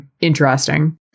interesting